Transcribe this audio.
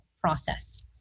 process